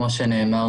כמו שנאמר,